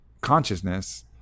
consciousness